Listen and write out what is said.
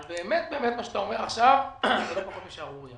אבל מה שאתה אומר עכשיו זה לא פחות משערורייה.